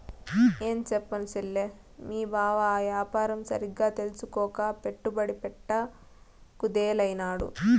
ఏంచెప్పను సెల్లే, మీ బావ ఆ యాపారం సరిగ్గా తెల్సుకోక పెట్టుబడి పెట్ట కుదేలైనాడు